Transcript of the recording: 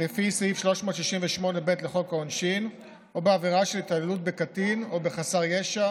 לפי סעיף 368ב לחוק העונשין או בעבירה של התעללות בקטין או בחסר ישע